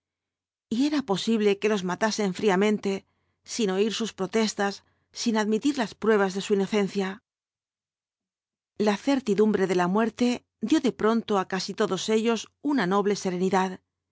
era posible que los matasen fríamente sin oir sus protestas sin admitir las pruebas de su inocencia la certidumbre de la muerte dio de pronto á casi todos ellos una noble serenidad